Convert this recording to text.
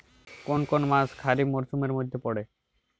কোন কোন মাস খরিফ মরসুমের মধ্যে পড়ে?